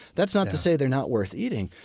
that's not to say they're not worth eating,